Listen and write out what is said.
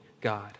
God